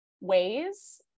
ways